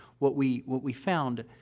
what we what we found,